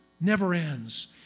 never-ends